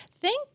Thank